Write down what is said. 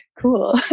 cool